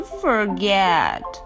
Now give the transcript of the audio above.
forget